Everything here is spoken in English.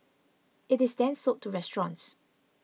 it is then sold to restaurants